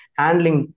handling